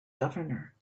governor